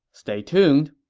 stay tuned.